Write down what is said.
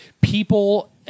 People